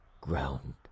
ground